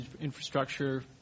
infrastructure